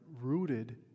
rooted